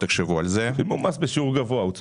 הם שילמו מס בשיעור גבוה.